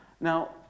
Now